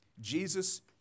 Jesus